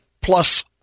Plus